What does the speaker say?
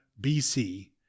BC